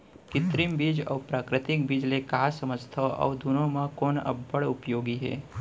कृत्रिम बीज अऊ प्राकृतिक बीज ले का समझथो अऊ दुनो म कोन अब्बड़ उपयोगी हे?